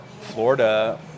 Florida